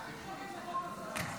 מה יש להתנגד לחוק כזה?